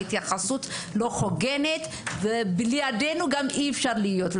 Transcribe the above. התייחסות לא הוגנת ובלעדינו גם אי אפשר להיות.